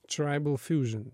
traibal fjužion